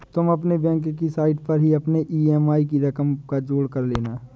तुम अपने बैंक की साइट पर ही अपने ई.एम.आई की रकम का जोड़ कर लेना